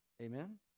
Amen